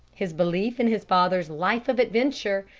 his belief in his father's life of adventure,